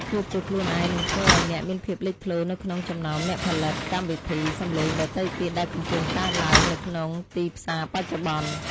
ភាពជាខ្លួនឯងនឹងធ្វើឱ្យអ្នកមានភាពលេចធ្លោនៅក្នុងចំណោមអ្នកផលិតកម្មវិធីសំឡេងដទៃទៀតដែលកំពុងកើនឡើងនៅក្នុងទីផ្សារបច្ចុប្បន្ន។